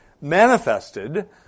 manifested